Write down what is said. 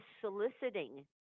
soliciting